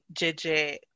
JJ